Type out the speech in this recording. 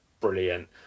brilliant